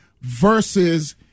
versus